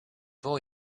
było